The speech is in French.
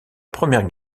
première